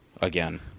again